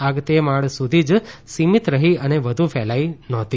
આગ તે માળ સુધી જ સીમિત રહી અને વધુ ફેલાઇ નહીં